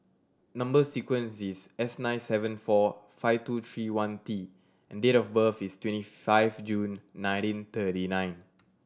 number sequence is S nine seven four five two three one T and date of birth is twenty five June nineteen thirty nine